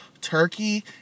turkey